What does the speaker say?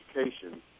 education